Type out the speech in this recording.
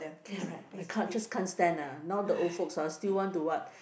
correct I can't just can't stand ah now the old folks ah still want to what